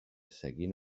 seguint